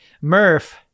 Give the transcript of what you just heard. Murph